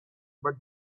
but